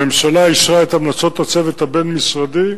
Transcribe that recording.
הממשלה אישרה את ההמלצות הצוות הבין-משרדי,